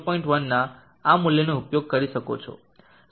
1ના આ મૂલ્યનો ઉપયોગ કરી શકો છો